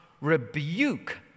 rebuke